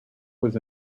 was